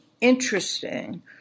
interesting